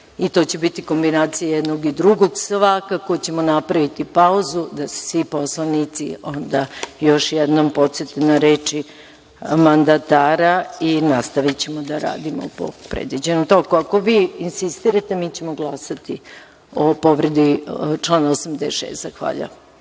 To će biti kombinacija i jednog i drugog. Svakako ćemo napraviti pauzu da se svi poslanici onda još jednom podsete na reči mandatara i nastavićemo da radimo po predviđenom toku. Ako vi insistirate, mi ćemo glasati o povredi člana 86.(Bojan